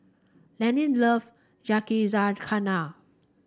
Leanne love Yakizakana